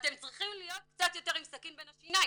ואתם צריכים להיות קצת יותר עם סכין בין השיניים,